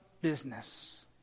business